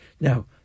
Now